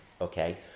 okay